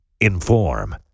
inform